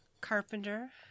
carpenter